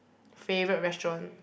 favourite restaurant